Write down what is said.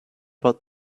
about